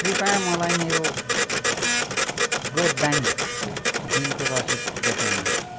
कृपायाँ मलाई मेरो ब्रोडबेन्ड बिलको रसिद देखाउनुहोस्